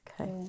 Okay